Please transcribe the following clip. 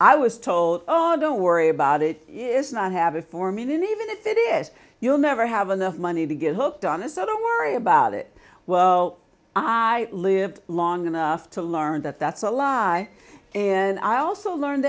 i was told oh don't worry about it is not habit forming in even if it is you'll never have enough money to get hooked on it so don't worry about it well i lived long enough to learn that that's a lie and i also learned